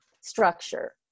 structure